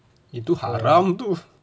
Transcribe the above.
itu haram tu